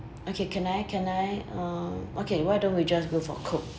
okay can I can I uh okay why don't we just go for coke